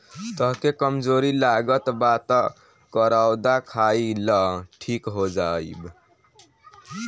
तहके कमज़ोरी लागत बा तअ करौदा खाइ लअ ठीक हो जइब